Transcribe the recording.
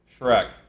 Shrek